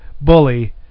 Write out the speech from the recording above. bully